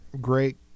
great